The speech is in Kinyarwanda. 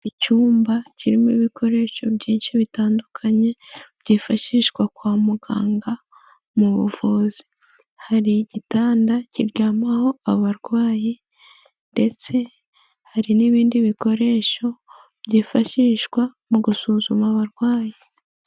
Icyumba kirimo ibikoresho byinshi bitandukanye byifashishwa kwa muganga mu buvuzi. Hari igitanda kiryamaho abarwayi ndetse hari n'ibindi bikoresho byifashishwa mu gusuzuma abarwayi.